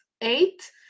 Eight